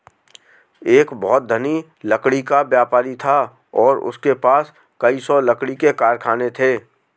एक बहुत धनी लकड़ी का व्यापारी था और उसके पास कई सौ लकड़ी के कारखाने थे